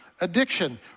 addiction